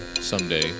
someday